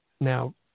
now